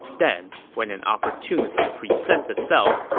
then, when an opportunity presents itself,